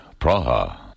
Praha